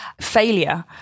failure